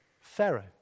Pharaoh